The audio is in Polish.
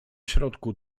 środku